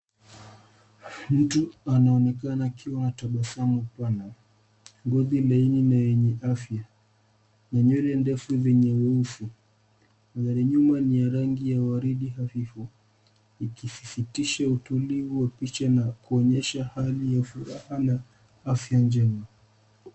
Mtu anaonekana akiwa na tabasamu pana, ngozi laini na yenye afya, na nywele ndefu zenye nyufu. Mandhari ya nyuma ni ya rangi ya waridi hafifu ikisisitiza utulivu wa picha na kuonyesha hali ya furaha na afya njema.